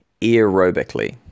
aerobically